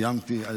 סיימתי.